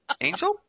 angel